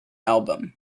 album